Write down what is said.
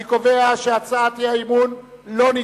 אני קובע שהצעת האי-אמון לא נתקבלה.